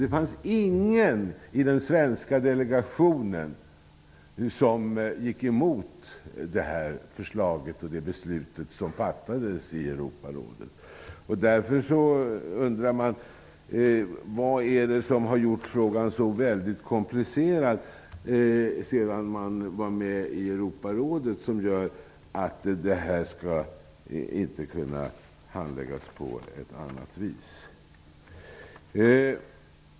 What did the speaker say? Det fanns ingen i den svenska delegationen som gick emot förslaget och det beslut som fattades i Europarådet. Därför undrar jag vad det är som har gjort frågan så komplicerad sedan beslutet i Europarådet fattades, som gör att detta inte kunnat handläggas på annat vis.